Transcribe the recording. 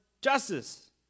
justice